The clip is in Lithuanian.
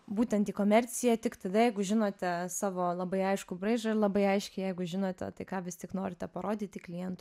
būtent į komerciją tik tada jeigu žinote savo labai aiškų braižą ir labai aiškiai jeigu žinote tai ką vis tik norite parodyti klientui